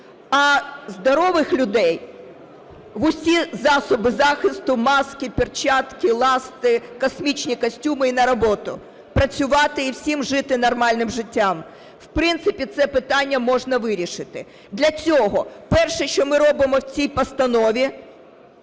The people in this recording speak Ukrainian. А здорових людей – в усі засоби захисту: маски, перчатки, ласти, космічні костюми – і на роботу, працювати і всім жити нормальним життям. В принципі, це питання можна вирішити. Для цього перше, що ми робимо в цій постанові,